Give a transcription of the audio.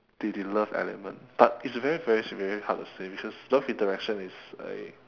the the love element but it's very very very hard to say because love interaction is a